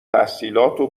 تحصیلاتو